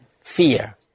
fear